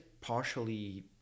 partially